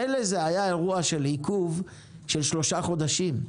מילא זה היה עיכוב של שלושה חודשים,